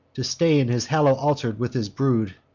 to stain his hallow'd altar with his brood.